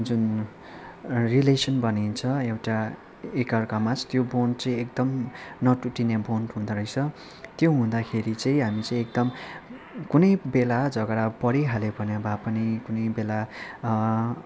जुन रिलेसन बनिन्छ एउटा एकअर्कामाझ त्यो बोन्ड चाहिँ एकदम न टुटिने बोन्ड हुँदोरहेछ त्यो हुदाँखेरि चाहिँ हामी चाहिँ एकदम कुनै बेला झगडा परिहाल्यो भने भए पनि कुनै बेला